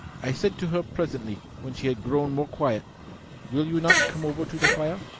i said to her presently, when she had grown more quiet will you not come over to the fire?